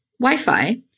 Wi-Fi